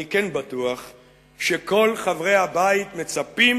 אבל אני כן בטוח שכל חברי הבית מצפים